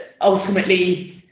ultimately